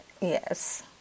Yes